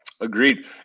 Agreed